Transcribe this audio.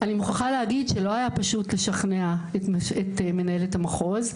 אני מוכרחה להגיד שלא היה פשוט לשכנע את מנהלת המחוז,